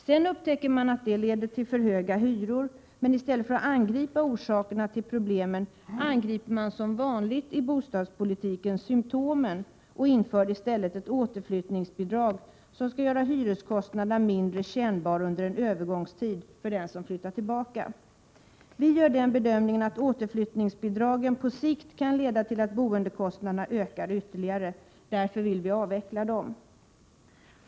Sedan upptäcker man att det leder till för höga hyror. Men i stället för att angripa orsakerna till problemen angriper man, som vanligt i bostadspolitiken, symptomen och inför ett återflyttningsbidrag som skall göra hyreskostnaderna mindre kännbara under en övergångstid för den som vill flytta tillbaka. Vi gör den bedömningen att återflyttningsbidragen på sikt kan leda till att boendekostnaderna ökar ytterligare. Därför vill vi avveckla dem.